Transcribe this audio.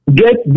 get